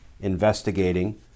investigating